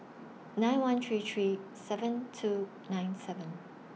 nine one three three seven two nine seven